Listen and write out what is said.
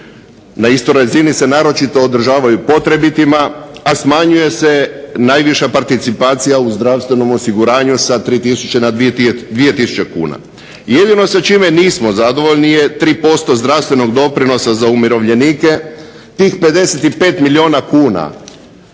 Na istoj razini se naročito održavaju potrebitima, a smanjuje se najviša participacija u zdravstvenom osiguranju sa 3000 na 2000 kuna. Jedino sa čime nismo zadovoljni je 3% zdravstvenog doprinosa za umirovljenike. Tih 55 milijuna kuna